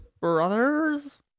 Brothers